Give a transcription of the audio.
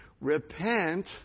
Repent